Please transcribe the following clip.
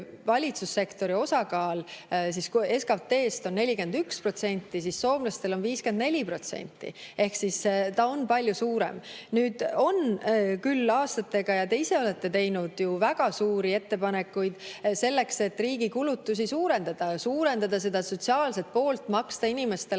valitsussektori osakaal SKT‑s on 41%, siis soomlastel on 54%, ehk see on palju suurem. Aastate jooksul on küll [tehtud] ja te ise olete teinud väga suuri ettepanekuid selleks, et riigi kulutusi suurendada, suurendada sotsiaalset poolt, maksta inimestele